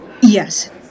Yes